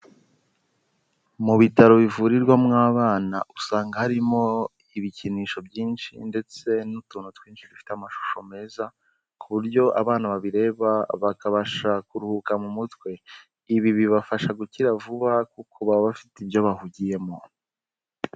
Mu bitaro bivurirwamwo abana usanga harimo ibikinisho byinshi ndetse n'utuntu twinshi dufite amashusho meza, ku buryo abana babireba bakabasha kuruhuka mu mutwe, ibi bibafasha gukira vuba kuko baba bafite ibyo bahugiyemo.